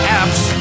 apps